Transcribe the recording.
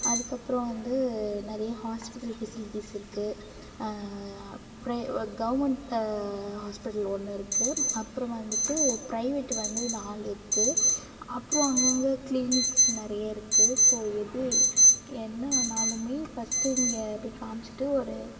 அதுக்கப்புறோம் வந்து நிறைய ஹாஸ்பிட்டல் ஃபெசிலிட்டிஸ் இருக்குது பிரை கவர்மெண்ட் ஹாஸ்பிட்டல் ஒன்று இருக்குது அப்புறோம் வந்துட்டு பிரைவேட் வந்து நாலு இருக்குது அப்புறோம் அங்கேங்க கிளீனிக்ஸ் நிறைய இருக்குது ஸோ எது என்ன ஆனாலுமே ஃபஸ்ட்டு இங்கே போய் காமிச்சிட்டு ஒரு